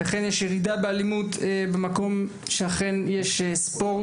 וכן, יש ירידה באלימות במקום שאכן יש ספורט